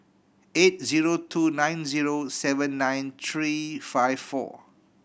eight zero two nine zero seven nine three five four